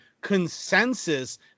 consensus